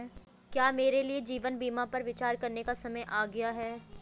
क्या मेरे लिए जीवन बीमा पर विचार करने का समय आ गया है?